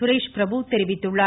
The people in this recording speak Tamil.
சுரேஷ்பிரபு தெரிவித்துள்ளார்